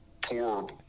poor